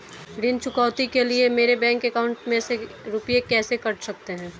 ऋण चुकौती के लिए मेरे बैंक अकाउंट में से रुपए कैसे कट सकते हैं?